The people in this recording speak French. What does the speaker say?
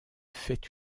fait